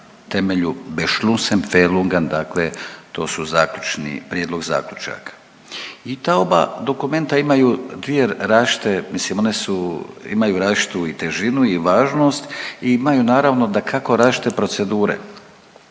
stranim jezikom./... dakle to su zaključni, prijedlog zaključaka. I ta oba dokumenta imaju dvije različite, mislim su, one su, imaju različitu i težinu i važnost i imaju naravno, dakako različite procedure.